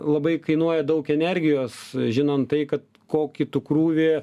labai kainuoja daug energijos žinant tai kad kokį tu krūvį